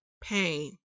pain